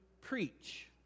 preach